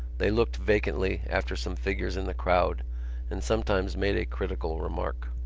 they looked vacantly after some figures in the crowd and sometimes made a critical remark.